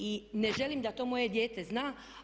I ne želim da to moje dijete zna.